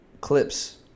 clips